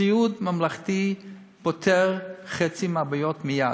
סיעוד ממלכתי פותר חצי מהבעיות מייד.